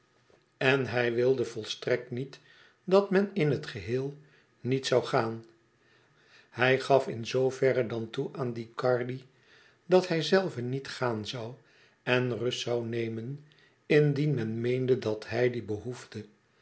en hij wilde volstrekt niet dat men in het geheel niet zoû gaan hij gaf in zoo verre dan toe aan ducardi dat hijzelve niet gaan zoû en rust zoû nemen indien men meende dat hij die behoefde